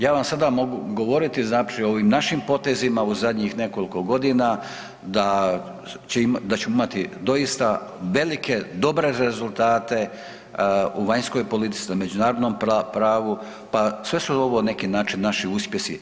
Ja vam sada mogu govoriti, znači o ovim našim potezima, u zadnjih nekoliko godina, da ćemo imati doista velike dobre rezultate, u vanjskoj politici, na međunarodnom pravu, pa sve su ovo na neki način naši uspjesi.